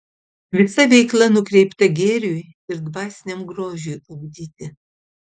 visa veikla nukreipta gėriui ir dvasiniam grožiui ugdyti